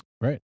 Right